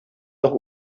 doch